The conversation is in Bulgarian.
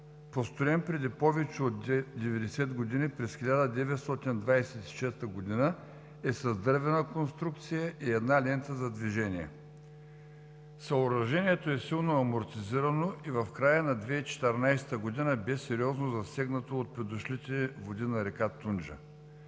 построен преди повече от 90 години през 1926 г., е с дървена конструкция и една лента за движение. Съоръжението е силно амортизирано и в края на 2014 г. бе сериозно засегнато от придошлите води на река Тунджа.